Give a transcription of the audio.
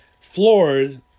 floored